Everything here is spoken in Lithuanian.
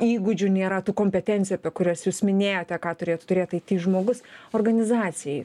įgūdžių nėra tų kompetencijų apie kurias jūs minėjote ką turėtų turėt aiti žmogus organizacijai